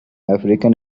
african